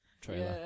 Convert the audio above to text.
trailer